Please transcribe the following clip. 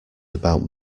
about